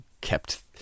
kept